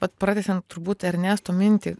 vat pratęsiant turbūt ernesto mintį